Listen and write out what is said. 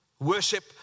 Worship